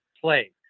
play